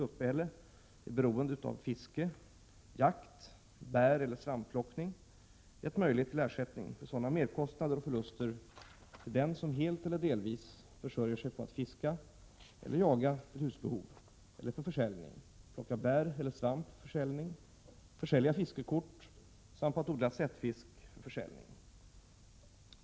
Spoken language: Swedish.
uppehälle är beroende av fiske, jakt, bäreller svampplockning gett möjlighet till ersättning för sådana merkostnader och förluster till den som helt eller delvis försörjer sig på att fiska eller jaga till husbehov eller för försäljning, plocka bär eller svamp för försäljning, försälja fiskekort samt på att odla sättfisk för försäljning.